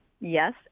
Yes